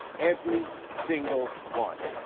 every single one.